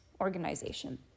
organization